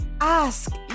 ask